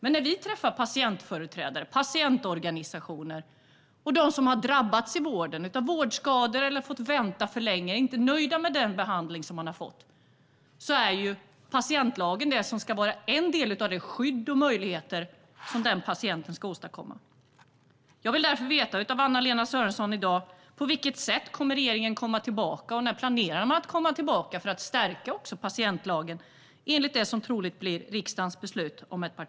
Men för de patienter som har drabbats av vårdskador, som har fått vänta för länge eller som inte är nöjda med sin behandling ska patientlagen vara en del av det skydd som de har rätt till. Jag vill få veta av Anna-Lena Sörenson: När tänker regeringen återkomma till riksdagen med förslag om att stärka patientlagen, i enlighet med det som troligen blir riksdagens beslut i eftermiddag?